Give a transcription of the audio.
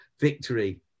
victory